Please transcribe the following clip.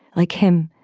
like him,